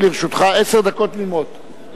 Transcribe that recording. ותועבר לוועדת הכנסת בראשות יריב לוין,